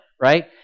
right